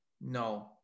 no